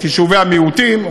את יישובי המיעוטים,